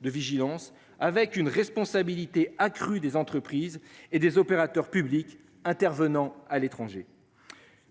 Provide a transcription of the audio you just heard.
de vigilance avec une responsabilité accrue des entreprises et des opérateurs publics intervenant à l'étranger.